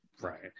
right